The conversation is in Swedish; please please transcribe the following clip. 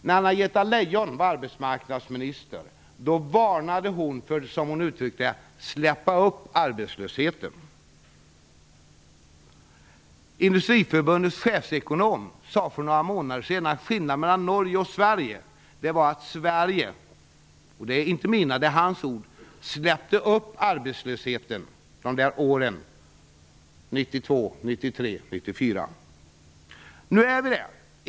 När Anna-Greta Leijon var arbetsmarknadsminister varnade hon för, som hon sade, att släppa upp arbetslösheten. Industriförbundets chefsekonom sade för några månader sedan att skillnaden mellan Norge och Sverige var att Sverige - det är hans ord, inte mina - släppte upp arbetslösheten åren 1992, 1993, 1994. Nu är vi där.